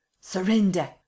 Surrender